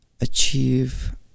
achieve